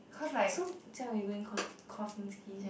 so Jia-wei going Ko~ Kozminski